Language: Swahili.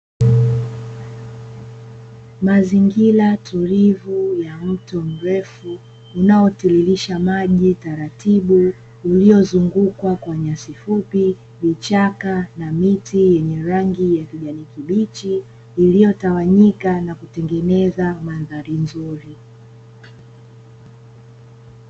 Mazingira tulivu ya mto mrefu unaotiririsha maji taratibu uliyozungukwa na: nyasi fupi, vichaka na miti yenye rangi ya kijani kibichi; iliyotawanyika na kutengeneza mandhari nzuri.